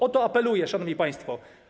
O to apeluję, szanowni państwo.